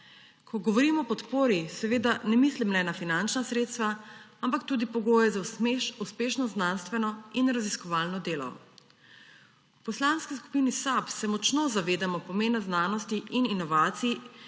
Ko govorimo o podpori, seveda ne mislim le na finančna sredstva, ampak tudi pogoje za uspešno znanstveno in raziskovalno delo. V Poslanski skupini SAB se močno zavedamo pomena znanosti in inovacij